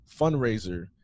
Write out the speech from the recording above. fundraiser